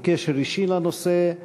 עם קשר אישי לנושא,